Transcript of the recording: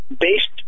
based